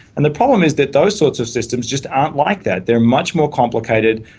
and the problem is that those sorts of systems just aren't like that. they are much more complicated,